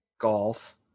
golf